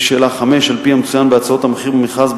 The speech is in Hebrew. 5. על-פי המצוין בהצעות המחיר במכרז,